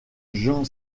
jean